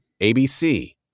ABC